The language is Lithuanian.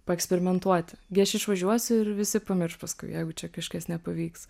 paeksperimentuoti gi aš išvažiuosiu ir visi pamirš paskui jeigu čia kažkas nepavyks